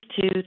two